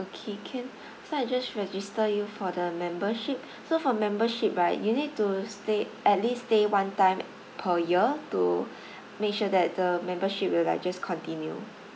okay can so I just register you for the membership so for membership right you need to stay at least stay one time per year to make sure that the membership will like just continue